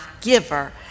giver